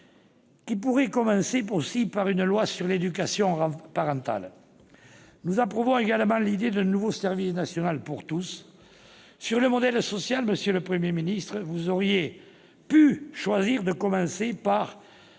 qui pourrait aussi commencer par une loi sur l'éducation parentale. Nous approuvons également l'idée d'un nouveau service national pour tous. Sur le modèle social, monsieur le Premier ministre, vous auriez pu choisir de commencer par